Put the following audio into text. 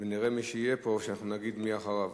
נראה מי יהיה פה כדי שנגיד מי אחריו.